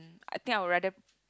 I think I would rather